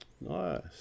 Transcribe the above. Nice